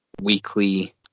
weekly